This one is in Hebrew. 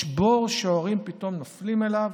יש בור שההורים פתאום נופלים אליו,